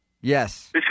Yes